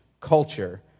culture